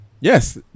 Yes